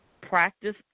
practice